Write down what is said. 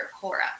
Cora